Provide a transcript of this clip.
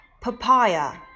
papaya